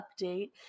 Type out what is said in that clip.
update